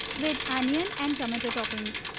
with onion and tomato toppings.